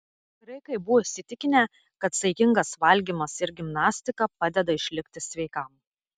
graikai buvo įsitikinę kad saikingas valgymas ir gimnastika padeda išlikti sveikam